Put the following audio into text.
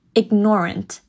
ignorant